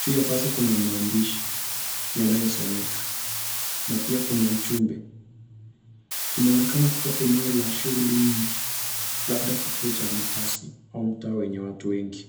Juu ya basi kuna maandishi yanayosomeka na pia kuna ujumbe. Inaonekana kuwa eneo la shughuli nyingi labda kituo cha mabasi au mtaa wenye watu wengi.